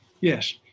Yes